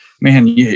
man